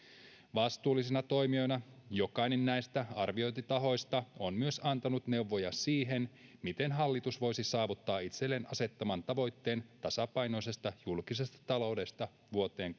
vastuullisena toimijana jokainen näistä arviointitahoista on myös antanut neuvoja siihen miten hallitus voisi saavuttaa itselleen asettamansa tavoitteen tasapainoisesta julkisesta taloudesta vuoteen